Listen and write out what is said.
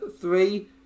three